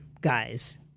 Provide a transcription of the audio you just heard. guys